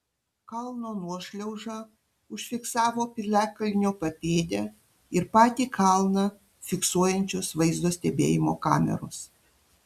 kalno nuošliaužą užfiksavo piliakalnio papėdę ir patį kalną fiksuojančios vaizdo stebėjimo kameros